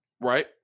right